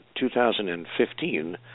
2015